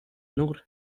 nur